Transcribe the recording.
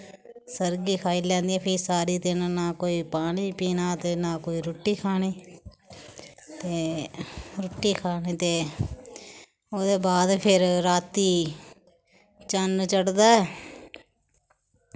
सर्गी खाई लैंदियां फिर सारा दिन ना कोई पानी पीना ते ना कोई रुट्टी खानी ते रुट्टी खानी ते ओह्दे बाद फिर रातीं चन्न चढ़दा ऐ